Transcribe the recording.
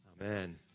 Amen